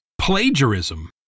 plagiarism